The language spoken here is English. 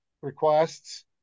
requests